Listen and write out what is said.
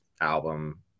album